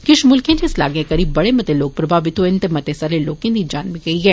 किश म्ल्खें च इस लाग करी बड़े मते लोक प्रभावित होए न ते मते सारें लोकें दी जान बी गेई ऐ